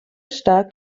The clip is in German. stark